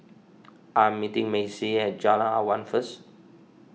I am meeting Macy at Jalan Awan first